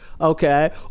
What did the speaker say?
okay